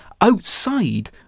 outside